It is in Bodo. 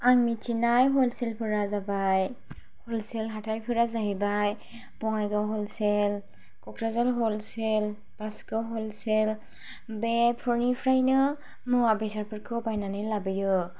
आं मिथिनाय हलसेल फोरा जाबाय हलसेल हाथाइफोरा जाहैबाय बङाइगाव हलसेल क'क्राझार हलसेल बासुगाव हलसेल बेफोरनिफ्रायनो मुवा बेसादफोरखौ बायनानै लाबोयो